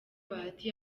bahati